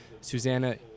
Susanna